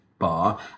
bar